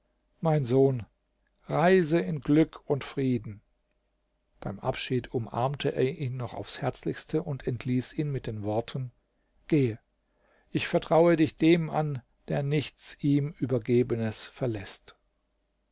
mein sohn reise in glück und frieden beim abschied umarmte er ihn noch aufs herzlichste und entließ ihn mit den worten gehe ich vertraue dich dem an der nichts ihm übergebenes verläßt